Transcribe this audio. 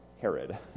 Herod